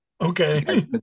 Okay